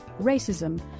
racism